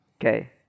Okay